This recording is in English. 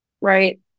Right